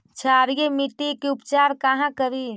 क्षारीय मिट्टी के उपचार कहा करी?